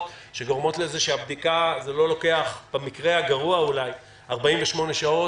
שגורמות לזה שהבדיקה לוקחת אולי 48 שעות,